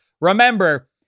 remember